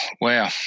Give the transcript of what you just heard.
wow